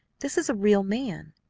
this is a real man.